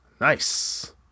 Nice